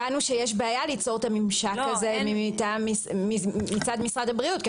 הבנו שיש בעיה ליצור את הממשק הזה מצד משרד הבריאות.